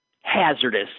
hazardous